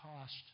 cost